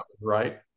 right